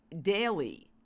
daily